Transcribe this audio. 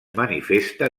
manifesta